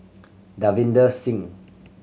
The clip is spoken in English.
Davinder Singh